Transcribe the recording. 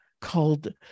called